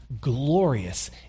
glorious